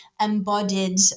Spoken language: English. embodied